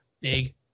big